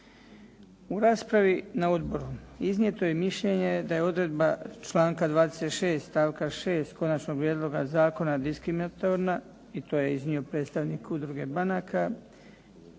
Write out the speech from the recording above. U raspravi na odboru iznijeto je mišljenje da je odredba članka 26. stavka 6. konačnog prijedloga zakona diskriminatorna i to je iznio predstavnik Udruge banaka,